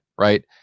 right